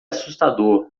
assustador